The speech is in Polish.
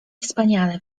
wspaniale